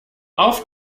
auf